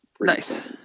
Nice